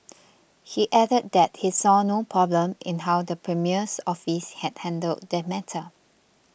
he added that he saw no problem in how the premier's office had handled the matter